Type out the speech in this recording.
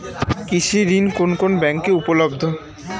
কৃষি ঋণ কোন কোন ব্যাংকে উপলব্ধ?